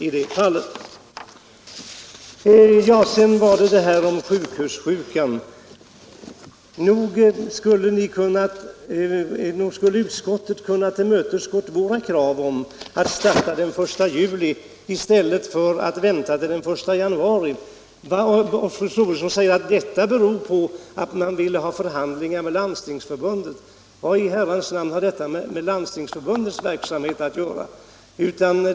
Sedan detta med sjukhussjukan. Nog skulle utskottet ha kunnat tillmötesgå våra krav om att starta den 1 juli i stället för att vänta till den 1 januari. Fru Troedsson säger att dröjsmålet beror på att man vill ha förhandlingar med Landstingsförbundet. Vad i Herrans namn har detta med Landstingsförbundets verksamhet att göra?